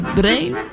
brain